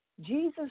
Jesus